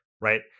right